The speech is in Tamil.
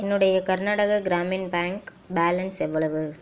என்னுடைய கர்நாடகா கிராமின் பேங்க் பேலன்ஸ் எவ்வளவு